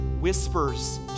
Whispers